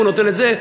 והוא נותן את זה.